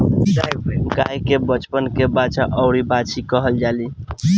गाय के बचवन के बाछा अउरी बाछी कहल जाला